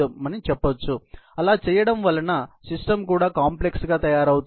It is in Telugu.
మనం చెప్పొచు ఆలా చేయడం వలన సిస్టం కూడా కాంప్లెక్స్ గా తయారవుతుంది